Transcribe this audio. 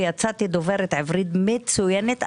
ויצאתי דוברת עברית מצוינת,